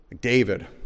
david